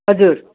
हजुर